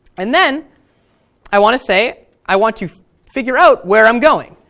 and then i want to say i want to figure out where i'm going.